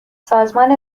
سازمان